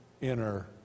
inner